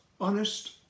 honest